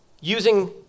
using